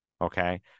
okay